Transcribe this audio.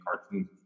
cartoons